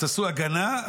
תעשו הגנה,